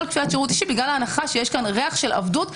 בגלל ההנחה שיש פה ריח של עבדות,